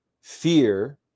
fear